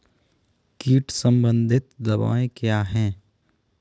कीट संबंधित दवाएँ क्या हैं?